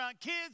kids